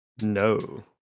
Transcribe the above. No